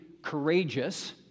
courageous